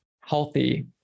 healthy